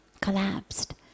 collapsed